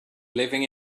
living